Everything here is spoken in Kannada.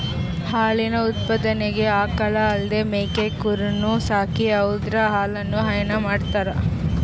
ಹಾಲಿನ್ ಉತ್ಪಾದನೆಗ್ ಆಕಳ್ ಅಲ್ದೇ ಮೇಕೆ ಕುರಿನೂ ಸಾಕಿ ಅವುದ್ರ್ ಹಾಲನು ಹೈನಾ ಮಾಡ್ತರ್